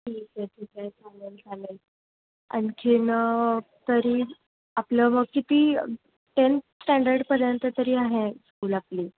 ठीक आहे ठीक आहे चालेल चालेल आणखीन तरी आपलं मग किती टेन्थ स्टँडर्डपर्यंत तरी आहे स्कूल आपली